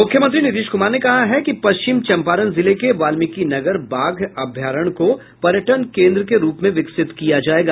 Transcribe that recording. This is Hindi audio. मुख्यमंत्री नीतीश कुमार ने कहा है कि पश्चिम चंपारण जिले के वाल्मीकिनगर बाघ अभ्यारण्य को पर्यटन केंद्र के रूप में विकसित किया जाएगा